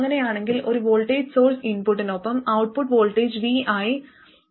അങ്ങനെയാണെങ്കിൽ ഒരു voltage source ഇൻപുട്ടിനൊപ്പം ഔട്ട്പുട്ട് വോൾട്ടേജ് viRD||RLRs